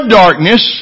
darkness